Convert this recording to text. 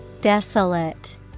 Desolate